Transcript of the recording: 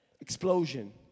explosion